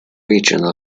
regional